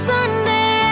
Sunday